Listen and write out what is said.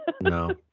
No